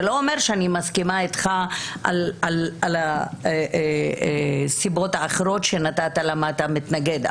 זה לא אומר שאני מסכימה איתך על הסיבות האחרות שהבאת להתנגדות שלך,